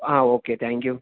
ആ okay thank you